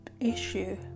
issue